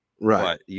Right